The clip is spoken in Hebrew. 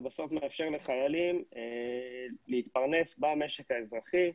הוא בסוף מאפשר לחיילים להתפרנס במשק האזרחי.